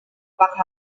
pak